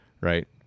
right